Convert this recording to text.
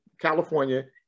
California